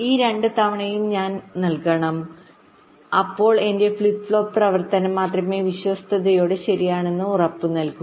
ഈ രണ്ട് തവണയും ഞാൻ നൽകണം അപ്പോൾ എന്റെ ഫ്ലിപ്പ് ഫ്ലോപ്പ് പ്രവർത്തനം മാത്രമേ വിശ്വസ്തതയോടെ ശരിയാണെന്ന് ഉറപ്പുനൽകൂ